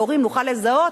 אנחנו כהורים נוכל לזהות,